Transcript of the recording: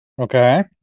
Okay